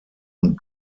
und